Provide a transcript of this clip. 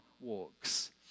walks